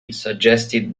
suggested